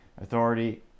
authority